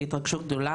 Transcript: בהתרגשות גדולה,